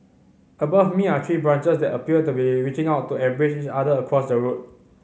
above me are tree branches that appear to be reaching out to embrace each other across the road